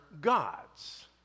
gods